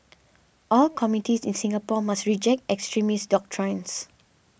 all communities in Singapore must reject extremist doctrines